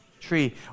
tree